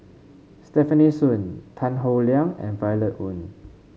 Stefanie Sun Tan Howe Liang and Violet Oon